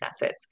assets